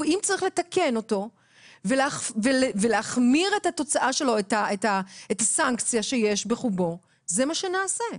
ואם צריך לתקן אותו ולהחמיר את הסנקציה שיש בחובו זה מה שנעשה,